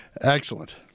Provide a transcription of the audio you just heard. Excellent